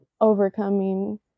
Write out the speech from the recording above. overcoming